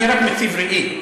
אני רק מציב ראי.